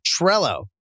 Trello